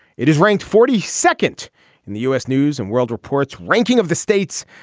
it is ranked forty second in the u s. news and world report's ranking of the states.